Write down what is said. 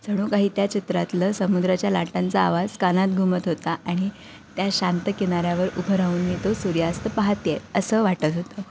जणू काही आहे त्या चित्रातलं समुद्राच्या लाटांचा आवाज कानात घुमत होता आणि त्या शांत किनाऱ्यावर उभं राहून मी तो सूर्यास्त पाहाते आहे असं वाटत होतं